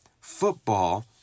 football